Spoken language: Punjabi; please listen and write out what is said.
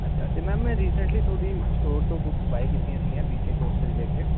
ਅੱਛਾ ਅਤੇ ਮੈਮ ਰੀਸੈਂਟਲੀ ਤੁਹਾਡੀ ਸਟੋਰ ਤੋਂ ਬੁਕਸ ਬਾਏ ਕੀਤੀਆਂ ਸੀਗੀਆਂ B C A course related